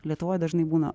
lietuvoj dažnai būna